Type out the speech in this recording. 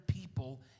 people